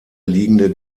liegende